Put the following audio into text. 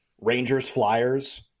Rangers-Flyers